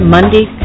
Monday